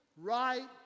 Right